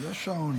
יש שעון,